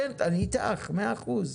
כן, אני איתך מאה אחוז,